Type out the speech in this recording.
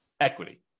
equity